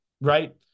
Right